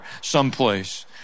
someplace